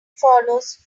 follows